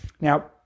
Now